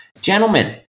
Gentlemen